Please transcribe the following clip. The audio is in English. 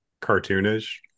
cartoonish